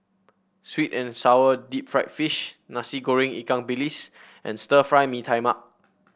sweet and sour Deep Fried Fish Nasi Goreng Ikan Bilis and Stir Fry Mee Tai Mak